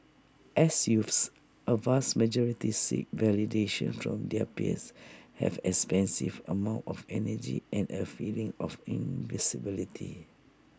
as youths A vast majority seek validation from their peers have expansive amounts of energy and A feeling of invincibility